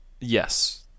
yes